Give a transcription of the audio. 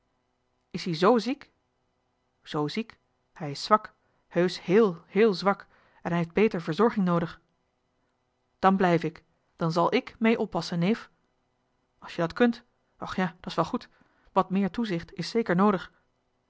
is ie z ziek z ziek hij is zwak heusch heel heel zwak en hij heeft beter verzorging noodig dan blijf ik dan zal ik mee oppassen neef als je dat kunt och ja da's wel goed wat meer toezicht is zeker noodig